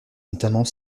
notamment